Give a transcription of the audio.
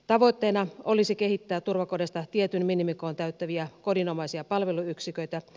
tavoitteena olisi kehittää turvakodeista tietyn minimikoon täyttäviä kodinomaisia palveluyksiköitä